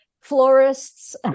florists